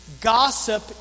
Gossip